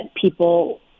people